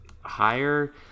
higher